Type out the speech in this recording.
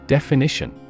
Definition